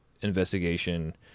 investigation